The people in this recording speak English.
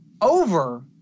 over